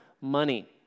money